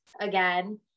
again